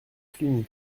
cluny